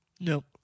Nope